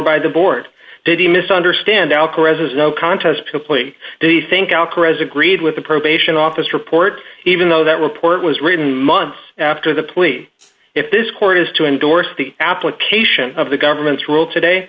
by the board did he misunderstand alcatraz is no contest plea do you think al caress agreed with the probation office report even though that report was written months after the plea if this court is to endorse the application of the government's role today